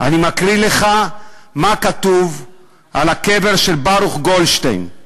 אני מקריא לך מה כתוב על הקבר של ברוך גולדשטיין: